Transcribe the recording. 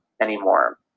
anymore